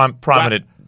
Prominent